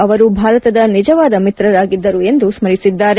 ಅವರು ಭಾರತದ ನಿಜವಾದ ಮಿತ್ರರಾಗಿದ್ದರು ಎಂದು ಸ್ಪರಿಸಿದ್ದಾರೆ